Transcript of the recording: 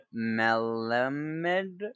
Melamed